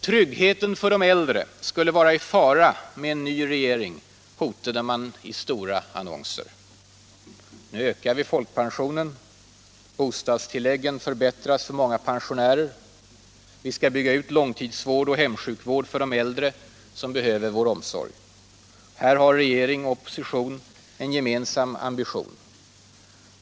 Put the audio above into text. Tryggheten för de äldre kommer i fara med en ny regering, hotade man i stora annonser. Nu ökar vi folkpensionen. Bostadstilläggen förbättras för många pensionärer. Vi skall bygga ut långtidsvård och hemsjukvård för de äldre som behöver vår omsorg. Här har regering och opposition en gemensam ambition.